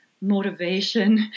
motivation